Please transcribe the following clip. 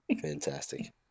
Fantastic